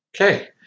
Okay